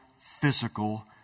physical